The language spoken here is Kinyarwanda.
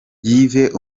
yves